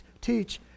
teach